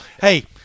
Hey